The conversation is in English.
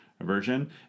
version